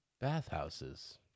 Bathhouses